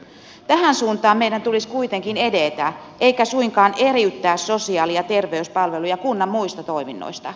tähän suuntaan meidän tulisi kuitenkin edetä eikä suinkaan eriyttää sosiaali ja terveyspalveluja kunnan muista toiminnoista